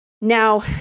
Now